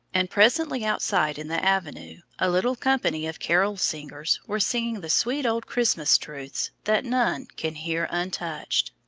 and presently outside in the avenue a little company of carol singers were singing the sweet old christmas truths that none can hear untouched.